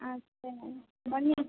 अच्छा बढ़िया